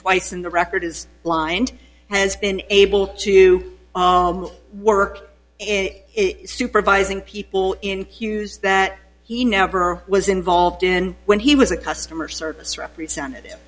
twice in the record is blind has been able to work in supervising people in queues that he never was involved in when he was a customer service representative